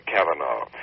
Kavanaugh